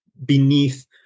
beneath